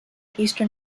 eastern